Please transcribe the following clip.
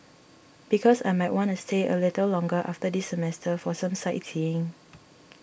because I might want to stay a little longer after this semester for some sightseeing